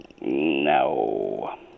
No